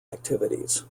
activities